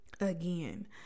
again